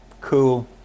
cool